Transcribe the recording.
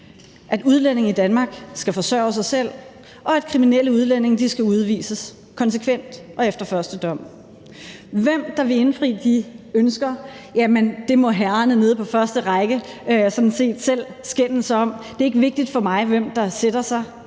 at udlændinge i Danmark skal forsørge sig selv, og at kriminelle udlændinge skal udvises konsekvent og efter første dom. Hvem der vil indfri de ønsker, må herrerne nede på første række sådan set selv skændes om. Det er ikke vigtigt for mig, hvem der sætter sig